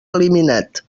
eliminat